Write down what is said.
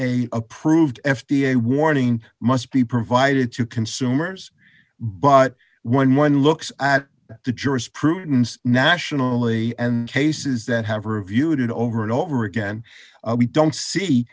a approved f d a warning must be provided to consumers but when one looks at the jurisprudence nationally and cases that have reviewed it over and over again we don't see